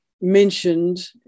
Mentioned